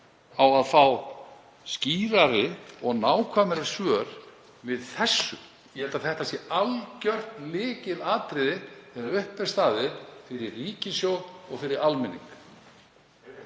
á að fá skýrari og nákvæmari svör við þessu. Ég held að þetta sé algjört lykilatriði þegar upp er staðið fyrir ríkissjóð og fyrir almenning.